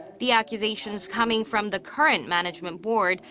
the accusations coming from the current management board.